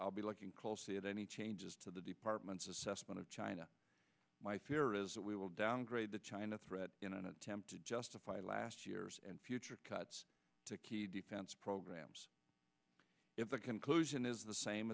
i'll be looking closely at any changes to the department's assessment of china my fear is that we will downgrade the china threat in an attempt to justify last year's and future cuts to key defense programs if the conclusion is the same